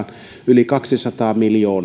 yli kaksisataa miljoonaa euroa